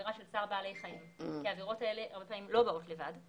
עבירה של צער בעלי חיים כי העבירות האלה הרבה פעמים לא באות לבד.